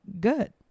good